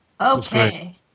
Okay